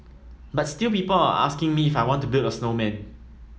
but still people are asking me if I want to build a snowman